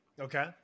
Okay